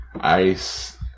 ice